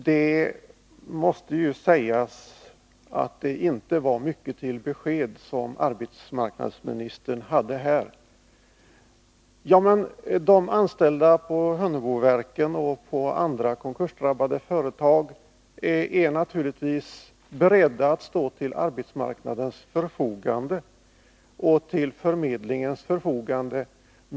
Herr talman! Jag måste säga att det inte var mycket till besked som arbetsmarknadsministern gav här. De anställda vid Hunneboverken och inom andra konkursdrabbade företag är naturligtvis beredda att stå till arbetsmarknadens och förmedlingens förfogande.